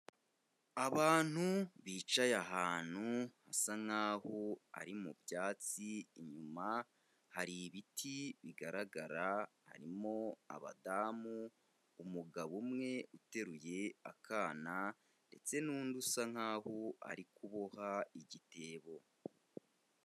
Abantu bicaye ahantu hasa nk'aho ari mubyatsi, inyuma hari ibiti bigaragara, harimo abadamu, umugabo umwe uteruye akana ndetse n'undi usa nk'aho ari kuboha igitebo.